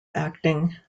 acting